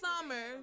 Summer